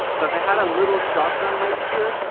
so if it had a little shotgun mic here,